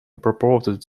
proposed